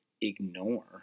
ignore